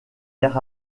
air